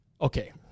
Okay